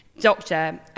doctor